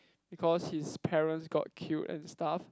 because his parents got killed and stuff